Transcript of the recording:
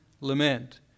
lament